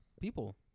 people